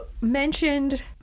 mentioned